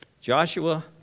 Joshua